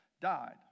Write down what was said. died